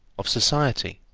of society,